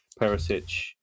Perisic